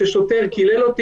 כולל תלונות ששוטר קילל,